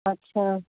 अच्छा